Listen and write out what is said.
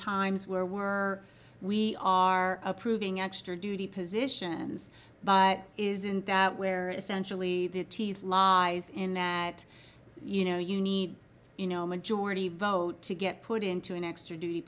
sometimes where were we are approving extra duty positions but isn't that where essentially the teeth law is in that you know you need you know majority vote to get put into an extra duty